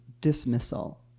dismissal